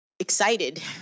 excited